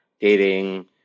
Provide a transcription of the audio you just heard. dating